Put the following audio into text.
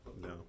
No